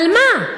על מה?